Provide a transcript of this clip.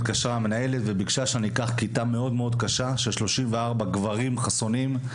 התקשרה המנהלת וביקשה שאקח כיתה קשה מאוד של 34 גברים חסונים,